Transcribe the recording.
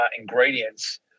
ingredients